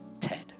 Ted